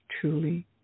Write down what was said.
truly